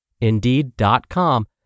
Indeed.com